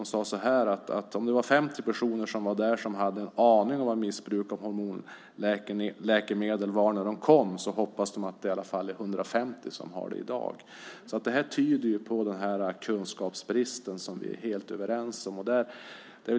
Där uttryckte Dopingjouren att om 50 av de närvarande hade en aning om vad missbruk av hormonläkemedel innebär när de kom hoppades man att i alla fall 150 skulle ha denna aning i dag. Det här tyder på en kunskapsbrist som vi är helt överens om.